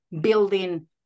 building